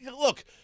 look